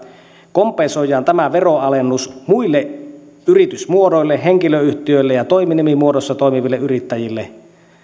kompensoidaan tämä veronalennus muille yritysmuodoille henkilöyhtiöille ja toiminimimuodossa toimiville yrittäjille